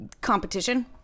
competition